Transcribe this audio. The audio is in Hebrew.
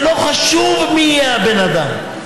זה לא חשוב מי יהיה הבן אדם.